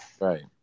Right